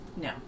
no